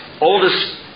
oldest